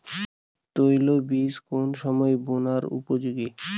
তৈল বীজ কোন সময় বোনার উপযোগী?